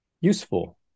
useful